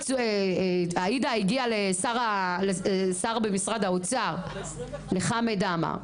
עאידה הגיעה לשר במשרד האוצר לחמד עמאר,